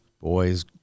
boys